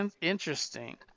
interesting